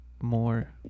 more